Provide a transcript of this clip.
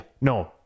No